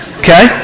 okay